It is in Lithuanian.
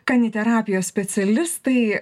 kaniterapijos specialistai